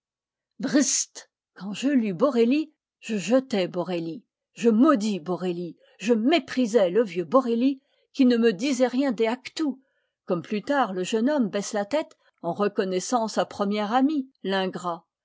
brst quand j'eus lu borelli je jetai borelli je maudis borelli je méprisai le vieux borelli qui ne me disait rien de actu comme plus tard le jeune homme baisse la tête en reconnaissant sa première amie